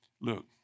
Look